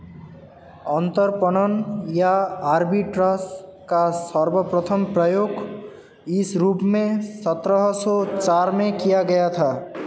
अंतरपणन या आर्बिट्राज का सर्वप्रथम प्रयोग इस रूप में सत्रह सौ चार में किया गया था